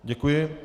Děkuji.